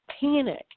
panic